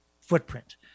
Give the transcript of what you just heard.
footprint